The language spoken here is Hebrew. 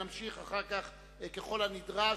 ואחר כך נמשיך ככל הנדרש.